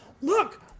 look